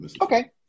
Okay